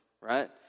right